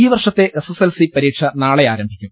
ഈ വർഷത്തെ S S L C പൊതുപരീക്ഷ നാളെ ആരംഭിക്കും